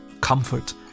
comfort